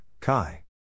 Kai